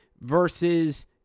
versus